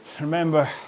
Remember